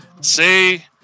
see